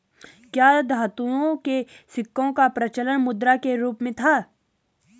क्या धातुओं के सिक्कों का प्रचलन मुद्रा के रूप में था?